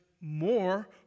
more